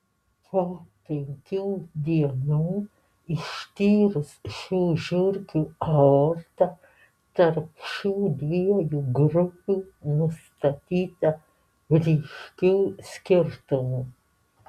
po penkių dienų ištyrus šių žiurkių aortą tarp šių dviejų grupių nustatyta ryškių skirtumų